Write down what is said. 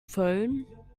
phone